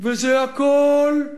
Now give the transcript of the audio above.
וזה הכול?